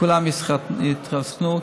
שכולם יתחסנו.